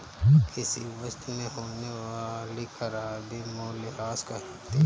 किसी वस्तु में होने वाली खराबी मूल्यह्रास कहलाती है